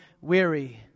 weary